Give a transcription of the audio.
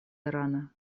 ирана